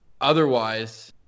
Otherwise